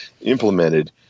implemented